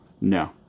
No